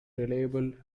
reliable